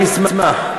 אני אשמח.